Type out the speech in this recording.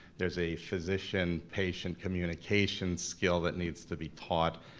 there's a physician-patient communication skill that needs to be taught,